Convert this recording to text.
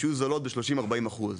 שיהיו זולות ב-30-40 אחוז,